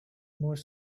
more